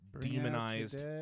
demonized